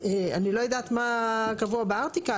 אני לא יודעת מה קבוע בארטיקל,